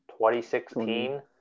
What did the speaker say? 2016